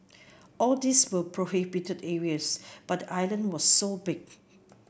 all these were prohibited areas but the island was so big